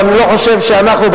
ואני לא חושב שאנחנו,